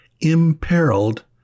imperiled